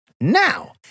Now